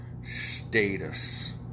status